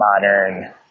modern